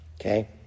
Okay